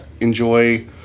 enjoy